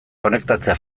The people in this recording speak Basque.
konektatzea